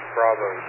Bravo